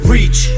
Reach